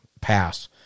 pass